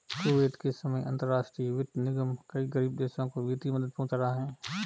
Kuwait के समय अंतरराष्ट्रीय वित्त निगम कई गरीब देशों को वित्तीय मदद पहुंचा रहा है